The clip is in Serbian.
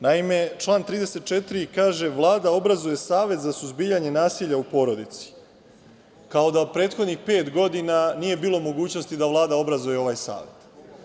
Naime, član 34. kaže – Vlada obrazuje Savet za suzbijanje nasilja u porodici, kao da prethodnih pet godina nije bilo mogućnosti da Vlada obrazuje ovaj Savet.